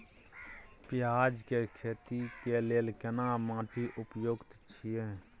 पियाज के खेती के लेल केना माटी उपयुक्त छियै?